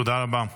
תודה רבה.